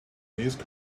please